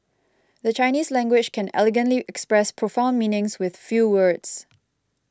the Chinese language can elegantly express profound meanings with few words